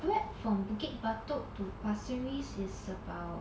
Grab from bukit batok to pasir ris is about